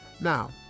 Now